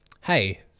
hey